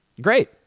great